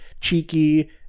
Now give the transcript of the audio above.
cheeky